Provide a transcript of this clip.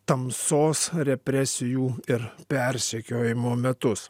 tamsos represijų ir persekiojimo metus